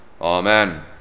Amen